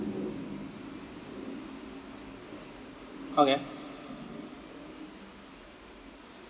okay